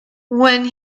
when